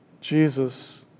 Jesus